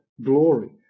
glory